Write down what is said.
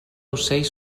ocells